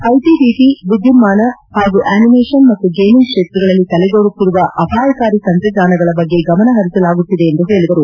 IT BT ವಿದ್ಯುನ್ನಾನ ಹಾಗೂ animation ಮತ್ತು ಗೇಮಿಂಗ್ ಕ್ಷೇತ್ರಗಳಲ್ಲಿ ತಲೆದೋರುತ್ತಿರುವ ಅಪಾಯಕಾರಿ ತಂತ್ರಜ್ಞಾನಗಳ ಬಗ್ಗೆ ಗಮನ ಪರಿಸಲಾಗುತ್ತಿದೆ ಎಂದು ಹೇಳಿದರು